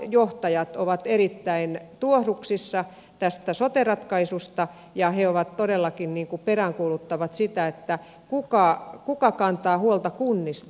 kuntajohtajat ovat erittäin tuohduksissa tästä sote ratkaisusta ja todellakin peräänkuuluttavat sitä kuka kantaa huolta kunnista